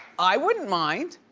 i wouldn't mind.